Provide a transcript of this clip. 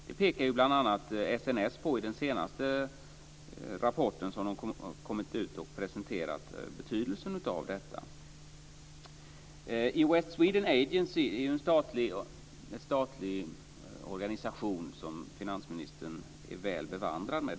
Det pekar bl.a. SNS på i den senaste rapporten som har kommit ut där man presenterar betydelsen av detta. Invest in Sweden Agency är en statlig organisation, som finansministern är väl bevandrad med.